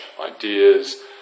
ideas